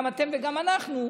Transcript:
גם אתם וגם אנחנו,